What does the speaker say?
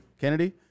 Kennedy